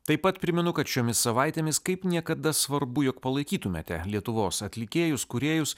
taip pat primenu kad šiomis savaitėmis kaip niekada svarbu jog palaikytumėte lietuvos atlikėjus kūrėjus